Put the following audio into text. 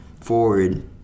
forward